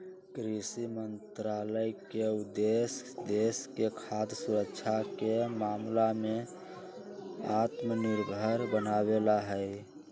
कृषि मंत्रालय के उद्देश्य देश के खाद्य सुरक्षा के मामला में आत्मनिर्भर बनावे ला हई